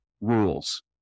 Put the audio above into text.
rules